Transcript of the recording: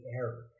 error